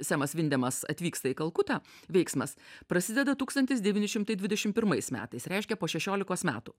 semas vindemas atvyksta į kalkutą veiksmas prasideda tūkstantis devyni šimtai dvidešim pirmais metais reiškia po šešiolikos metų